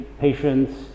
patients